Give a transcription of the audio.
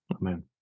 Amen